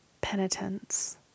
penitence